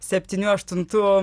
septynių aštuntų